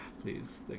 please